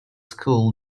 school